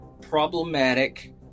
problematic